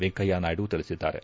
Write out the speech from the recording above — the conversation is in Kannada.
ವೆಂಕಯ್ನ ನಾಯ್ನು ತಿಳಿಸಿದ್ದಾರೆ